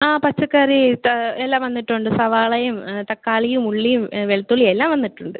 ആ പച്ചക്കറി ത എല്ലാം വന്നിട്ടുണ്ട് സവാളയും തക്കാളിയും ഉള്ളിയും വെളുത്തുള്ളിയും എല്ലാം വന്നിട്ടുണ്ട്